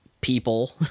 people